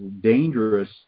dangerous